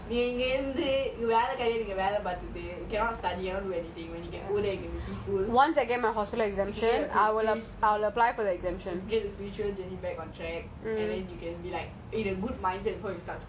think about what happened exactly two weeks before from now இங்க இருந்து வெல்ல கரிய வெல்ல பாத்துட்டு:inga irunthu vella kariya vella paathutu cannot study cannot do anything [one] when you go there you can be peaceful get a degree